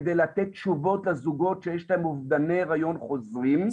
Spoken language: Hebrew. כדי לתת תשובות לזוגות שיש להם אובדני הריונות חוזרים.